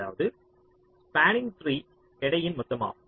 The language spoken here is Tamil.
அதாவது ஸ்பாண்ணிங் ட்ரீ எடையின் மொத்தமாகும்